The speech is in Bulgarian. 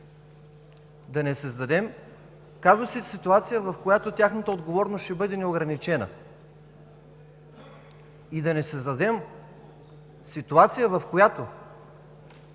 Да не създадем казуси в ситуация, в която тяхната отговорност ще бъде неограничена, и да не създадем ситуация, в която